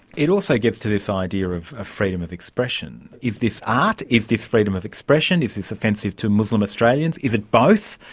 it also gets to this idea of of freedom of expression. is this art, is this freedom of expression, is this offensive to muslim australians, is it both?